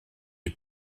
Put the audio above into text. est